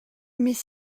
mais